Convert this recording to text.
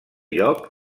lloc